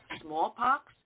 Smallpox